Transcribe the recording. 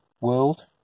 world